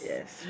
Yes